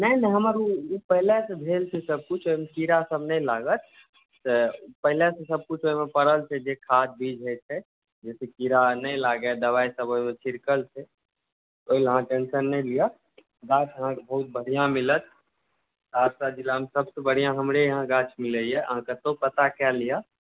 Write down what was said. नहि नहि हमर ओ पहिले से भेल छै सभ किछु ओहिमे कीड़ा सभ नहि लागत तऽ पहिले से ओहिमे सभ किछु पड़ल छै जे खाद्य बीज होइ छै जाहिसे कीड़ा आर नहि लागै दवाइ सभ ओहिमे छिड़कल छै ओहिला अहाँ टेन्शन नहि लिअ गाछ अहाँके बहुत बढ़िऑ मिलत सहरसा जिलामे सभसँ बढ़िऑं हमरे इएह गाछ मिलैया अहाँ कतहुँ पता कय लिअ